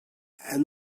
and